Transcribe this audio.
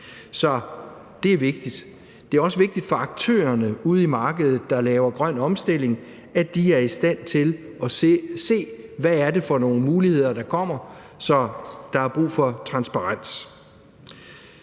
Så det er vigtigt. Det er også vigtigt for aktørerne ude i markedet, der laver grøn omstilling, at de er i stand til at se, hvad det er for nogle muligheder, der kommer, så der er brug for transparens.